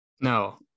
No